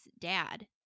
dad